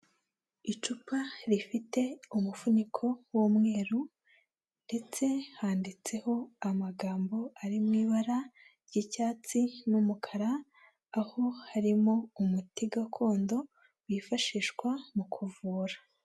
Icupa rifite umufuniko w'umweru ndetse handitseho amagambo ari mu ibara ry'icyatsi n'umukara, aho harimo umuti gakondo wifashishwa mu kuvura.